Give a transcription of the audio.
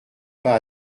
pas